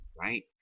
Right